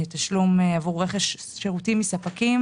תשלום עבור רכש שירותים מספקים.